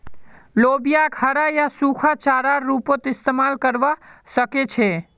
लोबियाक हरा या सूखा चारार रूपत इस्तमाल करवा सके छे